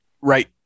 Right